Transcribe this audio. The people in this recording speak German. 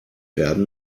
werden